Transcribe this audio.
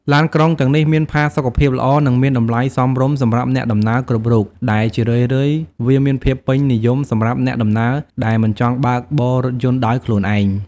ឡានក្រុងទាំងនេះមានផាសុកភាពល្អនិងមានតម្លៃសមរម្យសម្រាប់អ្នកដំណើរគ្រប់រូប ហើយជារឿយៗវាមានភាពពេញនិយមសម្រាប់អ្នកដំណើរដែលមិនចង់បើកបររថយន្តដោយខ្លួនឯង។